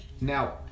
Now